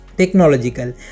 Technological